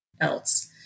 else